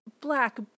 black